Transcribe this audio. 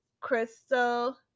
Crystal